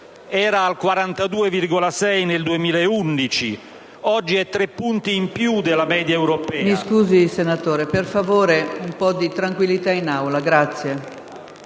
(era al 42,6 nel 2011), tre punti in più della media europea.